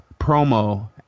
promo